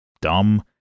dumb